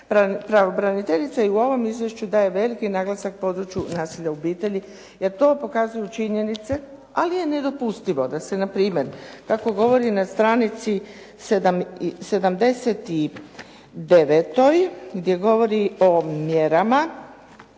Pravobraniteljica i u ovom izvješću daje veliki naglasak području nasilja u obitelji, jer to pokazuju činjenice ali je nedopustivo da se npr. tako govori na stranici 79. gdje govori o mjerama.